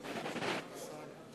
(חותם על